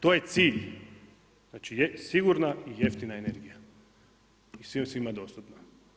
To je cilj, znači sigurna i jeftina energija i svima dostupna.